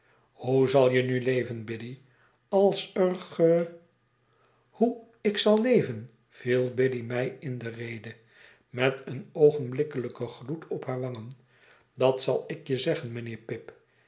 hoe zal je nu leven biddy als er ge hoe ik zal leven viel biddy mij in de rede met een oogenblikkelijken gloed op hare wangen dat zal ik je zeggen mijnheer pip